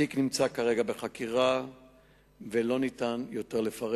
התיק נמצא כרגע בחקירה ולא ניתן לפרט יותר,